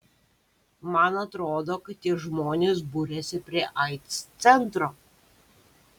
man atrodo kad tie žmonės buriasi prie aids centro